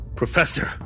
Professor